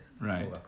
Right